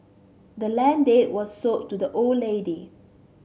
the land deed was sold to the old lady